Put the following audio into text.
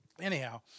Anyhow